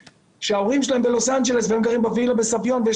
שההורים שלהם בלוס אנג'לס והם גרים בווילה בסביון ויש